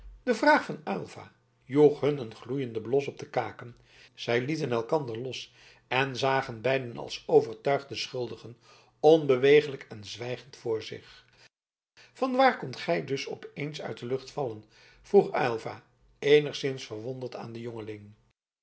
de vraag van aylva joeg hun een gloeienden blos op de kaken zij lieten elkander los en zagen beiden als overtuigde schuldigen onbeweeglijk en zwijgend voor zich van waar komt gij dus op eens uit de lucht vallen vroeg aylva eenigszins verwonderd aan den